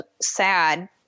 sad